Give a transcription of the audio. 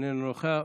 איננו נוכח,